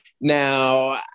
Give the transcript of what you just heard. Now